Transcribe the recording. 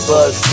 Buzz